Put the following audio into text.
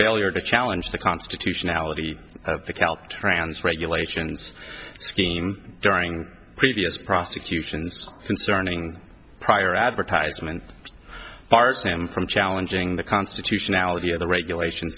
failure to challenge the constitutionality of the caltrans regulations scheme during previous prosecutions concerning prior advertisement bars him from challenging the constitutionality of the regulation